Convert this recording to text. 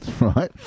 right